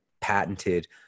patented